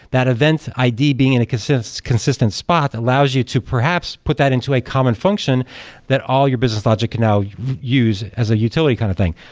that event id being in a consistent consistent spot allows you to perhaps, put that into a common function that all your business logic can now use as a utility kind of thing.